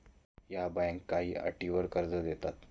या बँका काही अटींवर कर्ज देतात